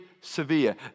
severe